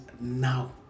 now